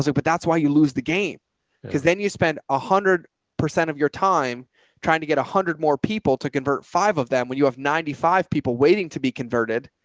so but that's why you lose the game because then you spend a hundred percent of your time trying to get a hundred more people to convert five of them. when you have ninety five people waiting to be converted,